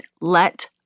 Let